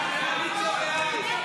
סעיף 1, כהצעת הוועדה,